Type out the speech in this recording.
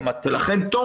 ולכן טוב